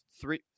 three